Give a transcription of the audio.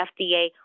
FDA